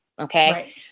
Okay